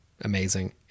amazing